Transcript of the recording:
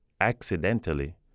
accidentally